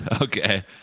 Okay